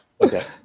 Okay